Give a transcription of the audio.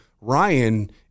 Ryan